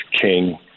King